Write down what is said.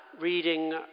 reading